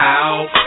out